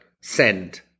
send